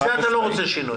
בזה אתה לא רוצה שינוי.